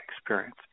experience